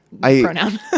pronoun